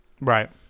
Right